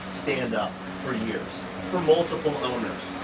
stand up for years for multiple elements.